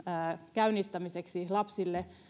käynnistämiseksi lapsille